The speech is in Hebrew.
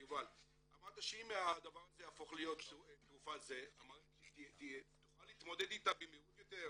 שאם הדבר הזה יהפוך להיות תרופה המערכת תוכל להתמודד איתה יותר במהירות,